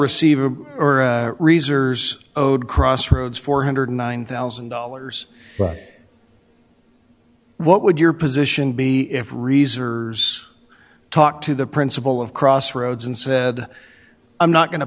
receiver reserves owed crossroads four hundred and nine thousand dollars but what would your position be if reserves talked to the principal of crossroads and said i'm not going to